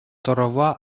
тӑрӑва